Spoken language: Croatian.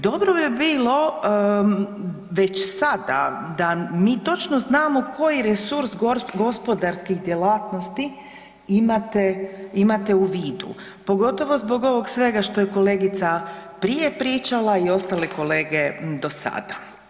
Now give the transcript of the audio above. Dobro bi bilo već sada da mi točno znamo koji resurs gospodarskih djelatnosti imate u vidu pogotovo zbog ovog svega što je kolegica prije pričala i ostali kolege do sada.